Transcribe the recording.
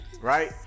right